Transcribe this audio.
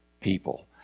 people